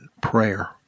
prayer